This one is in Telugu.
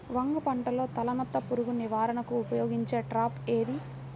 వంగ పంటలో తలనత్త పురుగు నివారణకు ఉపయోగించే ట్రాప్ ఏది?